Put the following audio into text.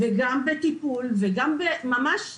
גם בטיפול ממש בחוק,